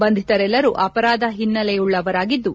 ಬಂಧಿತರೆಲ್ಲರೂ ಆಪರಾಧ ಹಿನ್ನೆಲೆಯುಳ್ಳವರಾಗಿದ್ದು